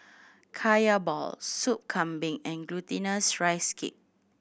Kaya balls Sop Kambing and Glutinous Rice Cake